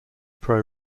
pro